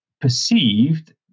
perceived